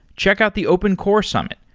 check out the open core summ it,